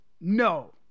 No